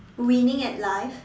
winning at life